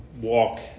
walk